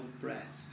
breast